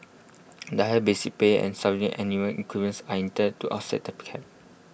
the higher basic pay and subsequent annual increments are intended to offset the